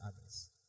others